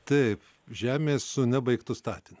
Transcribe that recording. taip žemė su nebaigtu statiniu